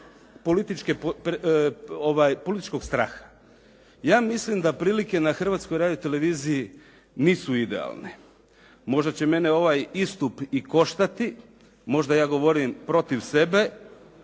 političkog straha. Ja mislim da prilike na Hrvatskoj radioteleviziji nisu idealne. Možda će mene ovaj istup i koštati. Možda je govorim protiv sebe,